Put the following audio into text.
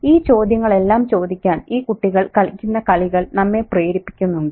ഈ ചോദ്യങ്ങളെല്ലാം ചോദിക്കാൻ ഈ കുട്ടികൾ കളിക്കുന്ന കളികൾ നമ്മെ പ്രേരിപ്പിക്കുന്നുണ്ട്